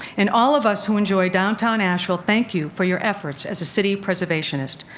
and all of us who enjoy downtown asheville thank you for your efforts as a city preservationist.